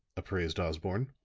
appraised osborne.